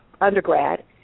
undergrad